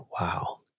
wow